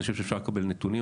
אני חושב שאפשר לקבל נתונים,